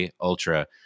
Ultra